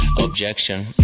objection